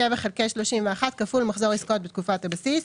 שבע חלקי שלושים ואחת כפול מחזור עסקאות בתקופת הבסיס,